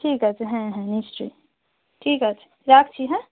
ঠিক আছে হ্যাঁ হ্যাঁ নিশ্চয়ই ঠিক আছে রাখছি হ্যাঁ